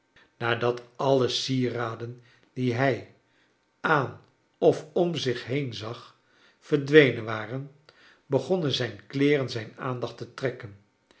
nadat alle sieraden die hij aan of om zich heen zag verdwenen waren begonnen zijn kleeren zijn aandacht te trekken